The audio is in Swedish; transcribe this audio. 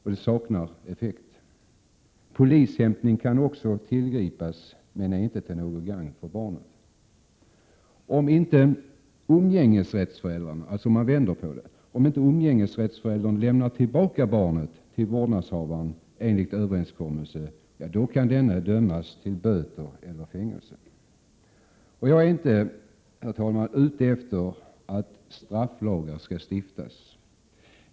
Polishämtning kan också tillgripas, men det är inte till gagn för barnet. Om inte den förälder som har umgängesrätt lämnar tillbaka barnet till vårdnadshavaren enligt överenskommelse, kan han dömas till böter eller fängelse. Herr talman! Jag är inte ute efter att strafflagar skall stiftas.